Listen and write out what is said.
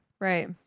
Right